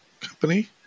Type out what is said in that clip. company